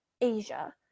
Asia